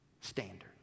standard